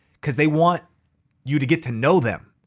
cause they want you to get to know them.